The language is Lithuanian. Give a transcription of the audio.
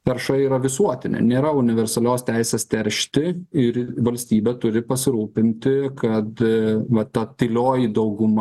tarša yra visuotinė nėra universalios teisės teršti ir valstybė turi pasirūpinti kad va ta tylioji dauguma